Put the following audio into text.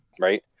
right